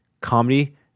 comedy